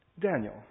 Daniel